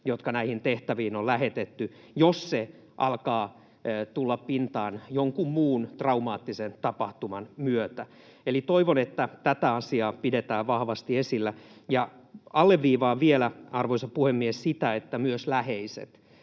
jotka näihin tehtäviin on lähetetty, jos se alkaa tulla pintaan jonkun muun traumaattisen tapahtuman myötä. Eli toivon, että tätä asiaa pidetään vahvasti esillä. Ja alleviivaan vielä, arvoisa puhemies, sitä, että myös läheiset